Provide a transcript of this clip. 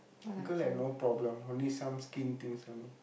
girl like no problem only some skin things only